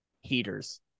heaters